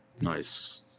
nice